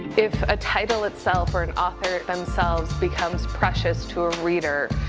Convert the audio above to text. if a title itself, or an author themselves, becomes precious to a reader,